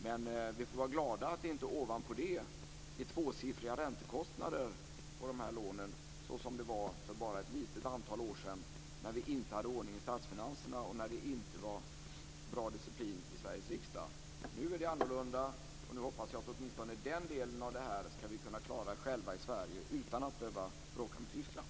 Men vi får vara glada att det inte ovanpå det är tvåsiffriga räntekostnader på de här lånen såsom det var för bara ett litet antal år sedan när vi inte hade ordning i statsfinanserna och när det inte var bra disciplin i Sveriges riksdag. Nu är det annorlunda, och nu hoppas jag att vi åtminstone skall kunna klara den delen av det här i Sverige utan att behöva bråka med Tyskland.